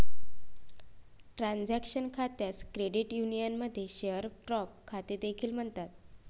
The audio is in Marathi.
ट्रान्झॅक्शन खात्यास क्रेडिट युनियनमध्ये शेअर ड्राफ्ट खाते देखील म्हणतात